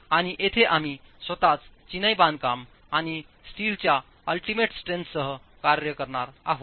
आणि येथे आम्ही स्वतःच चिनाई बांधकाम आणि स्टीलच्या अल्टिमेट स्ट्रेंथसह कार्य करणार आहोत